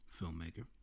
filmmaker